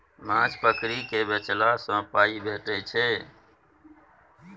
माछ पकरि केँ बेचला सँ पाइ भेटै छै